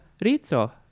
Rizzo